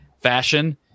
fashion